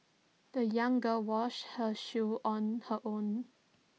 the young girl washed her shoes on her own